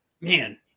man